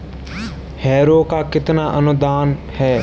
Harrow पर कितना अनुदान है?